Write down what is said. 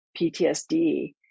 PTSD